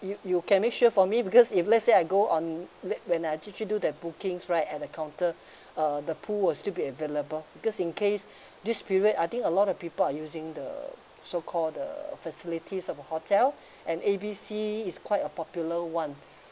y~ you can make sure for me because if let's say I go on w~ when I actually do that bookings right at the counter uh the pool was still be available because in case this period I think a lot of people are using the so call the facilities of a hotel and A B C is quite a popular [one]